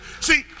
See